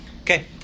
okay